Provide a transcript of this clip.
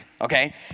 okay